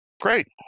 great